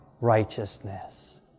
righteousness